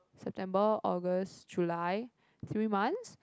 September August July three months